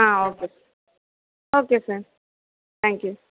ah okay sir okay sir thank you